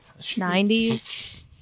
90s